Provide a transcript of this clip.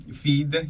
feed